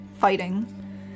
fighting